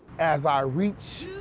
as i reach